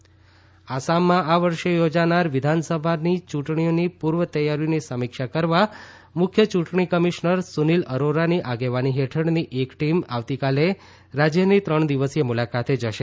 યૂંટણી પંચ આસામ આસામમાં આ વર્ષે થોજાનાર વિધાનસભા યૂંટણીઓની પૂર્વતૈયારીઓની સમીક્ષા કરતા મુખ્ય ચૂંટણી કમિશનર સુનિલ અરોરાની આગેવાની હેઠળની એક ટીમ આવતીકાલે રાજયની ત્રણ દિવસીય મુલાકાતે જશે